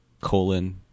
colon